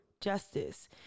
justice